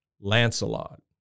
Lancelot